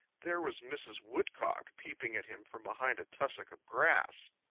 there was mrs. woodcock peeping at him from behind a tussock of grass.